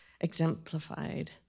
exemplified